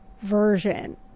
version